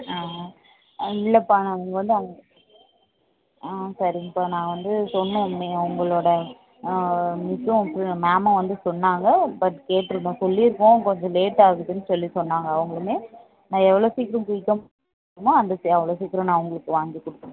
ஆ இல்லைப்பா நாங்கள் வந்து ஆ சரிங்கப்பா நான் வந்து சொன்னேன் அவங்களோட மிஸ்ஸும் மேமும் வந்து சொன்னாங்க பட் கேட்டுருந்தோம் சொல்லிருப்போம் கொஞ்சம் லேட் ஆகுதுன்னு சொல்லி சொன்னாங்க அவங்களுமே நான் எவ்வளோ சீக்கிரம் குயிக்காக முடிக்க முடியுமோ அந்த அவ்வளோ சிக்கிரம் நான் உங்களுக்கு வாங்கி கொடுத்துறேன்ப்பா